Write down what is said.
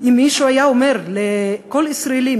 אם מישהו היה אומר לכל ישראלי,